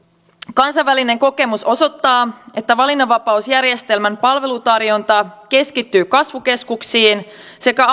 kansainvälinen kokemus osoittaa että valinnanvapausjärjestelmän palvelutarjonta keskittyy kasvukeskuksiin sekä